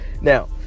now